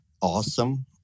Awesome